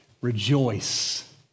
rejoice